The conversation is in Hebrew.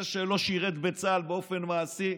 זה שלא שירת בצה"ל באופן מעשי,